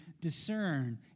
discern